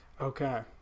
Okay